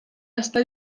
està